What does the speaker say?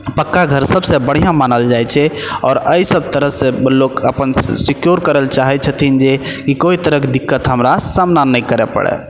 पक्का घर सबसँ बढ़िआँ मानल जाइ आोर अइ सब तरहसँ लोक अपन सिक्योर राजजीर गौहीार करै छथिन आलस चाहै छथिन जे कि कोइ तरहक दिक्कत हमरा सामना नहि करै पड़ै